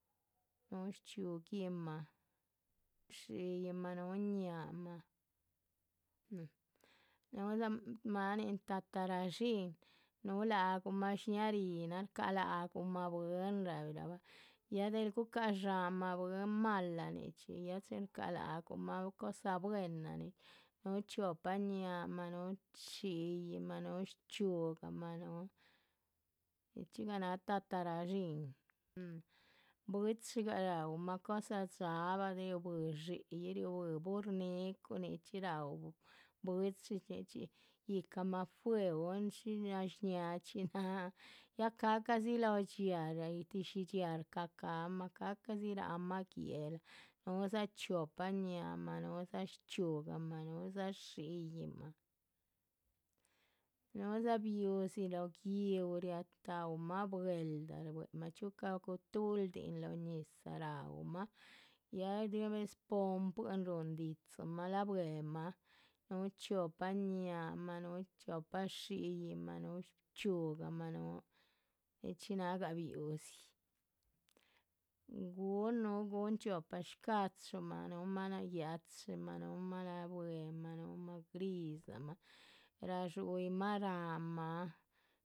Núhu shchxíuguinmah, shiyiih’ma, núhu ñáhaamah, mm, núhudza máanin tatara´dxin, núhu la´gumah shñáha ríhinan shca´ la´gumah bwín, rabirabah ya del gu´cah dsháhanmah. bwín mala nichxí, ya chin shcaha la´gumah núhu cosa buena néhe, núhu chiopa ñáhaamah, núhu shiyiih’ma, núhu shchxíugahma núhu, nicxhigah náha tatara´dxin, un, bwichigah. raúmah cosa dxaabah riúbui dxi´yi, riúbui burr ni´cu nichxí raú bwichi nichxíchxi yíhcamah fuehun, shí nashñahachxi náhan ya ca´cahdzi lóho dhxíaa, rial tíshi dhxíaa. shca´cahmah, ca´cahdzi rahmah guéhla núhudza chiopa ñahaamah núhudza shchxíugahma, núhudza shiyiih’ma, núhudza biu´dzi lóho gi´uh ria taúmah bweelda shbuehemah. bweelda ca´gutuhldin lóho, ñizah raúmah ya bues pompiuin rúhun dídzimah la´buemah núhu chiopa ñáhaamah, núhu chiopa shiyiih’mah, núhu shchxíugahma núhu. nichxí nagah biu´dzi, gun núhu gun chiopa shca´chumah núhumah ya´chimah ya núhumah la´buemah núhumah grisgamah, radxuyimah ráhanmah.